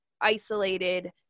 isolated